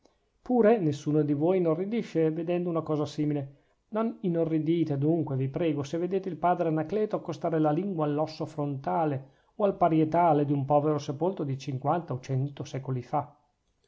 pure nessuno di voi inorridisce vedendo una cosa simile non inorridite dunque vi prego se vedete il padre anacleto accostare la lingua all'osso frontale o al parietale d'un povero sepolto di cinquanta o cento secoli fa